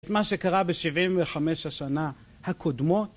את מה שקרה ב-75 השנה הקודמות